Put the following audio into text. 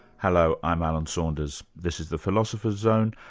hello, i'm alan saunders. this is the philosopher's zone,